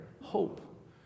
hope